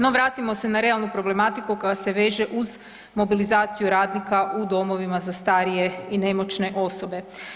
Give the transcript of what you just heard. No vratimo se na realnu problematiku koja se veže uz mobilizaciju radnika u domovima za starije i nemoćne osobe.